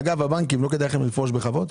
הבנקים, לא כדאי לכם לפרוש בכבוד?